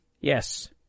Yes